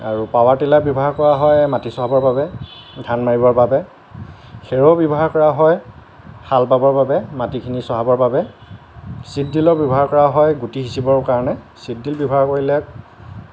আৰু power tiller ব্যৱহাৰ কৰা হয় মাটি চহাবৰ বাবে ধান মাৰিবৰ বাবে খেৰ' ব্যৱহাৰ কৰা হয় হাল বাবৰ বাবে মাটিখিনি চহাবৰ বাবে ছিড ড্ৰিলৰ ব্যৱহাৰ কৰা হয় গুটি সিঁচিবৰ কাৰণে ছিড ড্ৰিল ব্যৱহাৰ কৰিলে